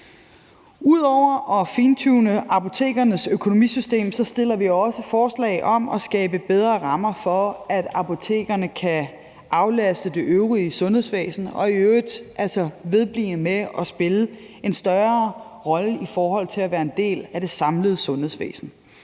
Ud over at fintune apotekernes økonomisystem stiller vi også forslag om at skabe bedre rammer for, at apotekerne kan aflaste det øvrige sundhedsvæsen og altså vedblive med at spille en større rolle i forhold til at være en del af det samlede sundhedsvæsen.